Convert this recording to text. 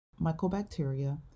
mycobacteria